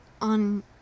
on